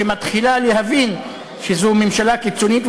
שמתחילה להבין שזו ממשלה קיצונית,